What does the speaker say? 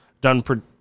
done